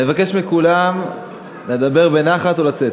אני מבקש מכולם לדבר בנחת או לצאת.